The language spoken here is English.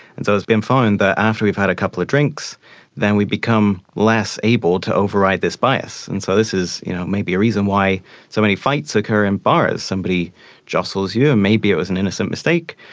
and so it's been found that after we've had a couple of drinks then we become less able to override this bias. and so this is you know maybe a reason why so many fights occur in bars. somebody jostles you and maybe it was an innocent mistake,